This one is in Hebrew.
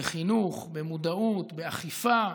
בחינוך, במודעות, באכיפה,